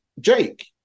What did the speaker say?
Jake